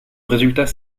résultat